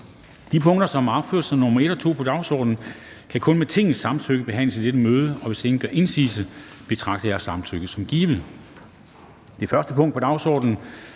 De sager, som er opført under punkt 1 og 2 på dagsordenen, kan kun med Tingets samtykke behandles i dette møde. Hvis ingen gør indsigelse, betragter jeg samtykket som givet. Det er givet. --- Det første punkt på dagsordenen